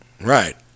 Right